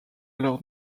leur